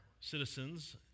citizens